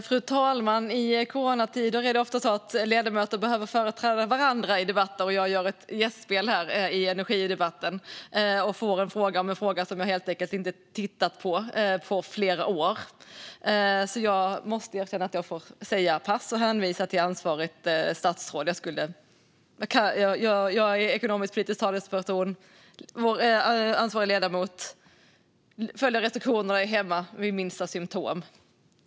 Fru talman! I coronatider är det ofta så att ledamöter behöver företräda varandra i debatter, och jag gör ett gästspel här i energidebatten. Jag fick en fråga om något som jag har inte har tittat på på flera år, så jag måste säga pass och hänvisa till ansvarigt statsråd. Jag är ekonomisk-politisk talesperson, och vår ansvariga ledamot följer restriktionerna om att stanna hemma vid minsta symtom.